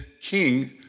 king